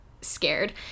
scared